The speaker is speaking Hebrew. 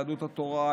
יהדות התורה,